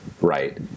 right